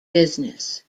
business